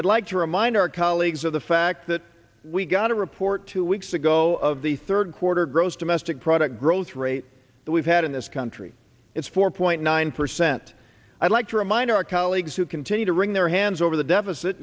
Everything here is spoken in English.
i'd like to remind our colleagues of the fact that we got a report two weeks ago of the third quarter gross domestic product growth rate that we've had in this country it's four point nine percent i'd like to i know our colleagues who continue to wring their hands over the deficit